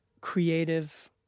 creative